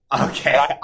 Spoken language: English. Okay